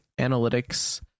analytics